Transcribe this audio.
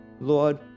Lord